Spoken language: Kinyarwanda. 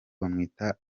bamwita